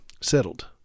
settled